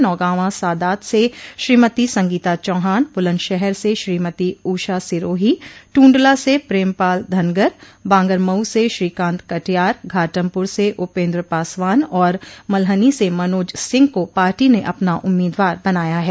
नौगावां सादात से श्रीमती संगीता चौहान बुलन्दशहर से श्रीमती ऊषा सिरोही टूंडला से प्रेमपाल धनगर बांगरमऊ से श्रीकांत कटियार घाटमपुर से उपेन्द्र पासवान और मल्हनी से मनोज सिंह को पार्टी ने अपना उम्मीदवार बनाया है